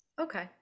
Okay